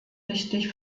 richtig